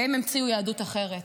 והם המציאו יהדות אחרת.